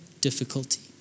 difficulty